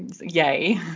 Yay